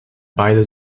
beide